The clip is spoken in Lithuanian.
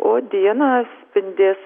o dieną spindės